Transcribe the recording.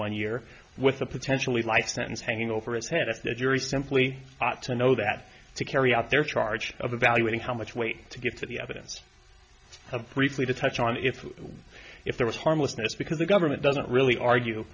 one year with a potentially life sentence hanging over his head if the jury simply ought to know that to carry out their charge of evaluating how much weight to give to the evidence briefly to touch on if if there was harmlessness because the government doesn't really argue